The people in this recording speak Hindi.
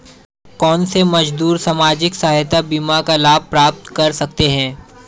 कौनसे मजदूर सामाजिक सहायता बीमा का लाभ प्राप्त कर सकते हैं?